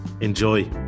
enjoy